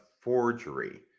forgery